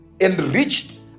enriched